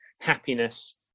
happiness